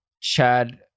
Chad